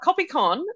copycon